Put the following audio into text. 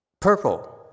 Purple